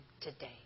today